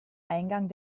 eingang